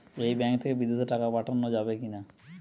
এই ব্যাঙ্ক থেকে বিদেশে টাকা পাঠানো যাবে কিনা?